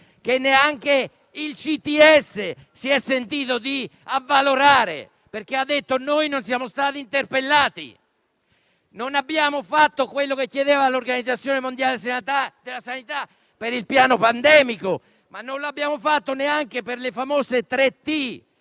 Neanche il CTS si è sentito di avvalorarlo perché hanno detto di non essere stati interpellati. Non abbiamo fatto ciò che chiedeva l'Organizzazione mondiale della sanità per il piano pandemico, ma non l'abbiamo fatto neanche per le famose tre